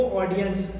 audience